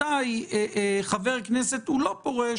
מתי חבר כנסת הוא לא פורש,